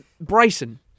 Bryson